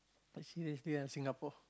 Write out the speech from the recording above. I see Singapore